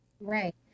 Right